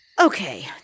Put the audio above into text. Okay